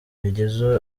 bigize